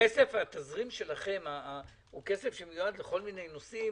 אבל התזרים שלכם הוא כסף שמיועד לכל מיני נושאים